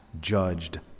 judged